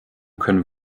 können